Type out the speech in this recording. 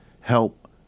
help